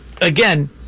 again